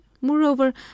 Moreover